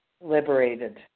liberated